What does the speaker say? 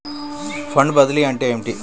Fund బదిలీ అంటే ఏమిటి?